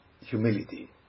humility